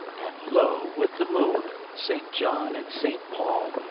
and lo! with the moon, st. john and st. paul,